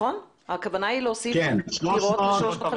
הכוונה היא להוסיף עוד דירות.